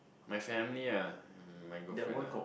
my family ah my girlfriend ah